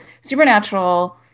Supernatural